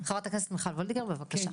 חברת הכנסת מיכל וולדיגר בבקשה.